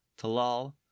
Talal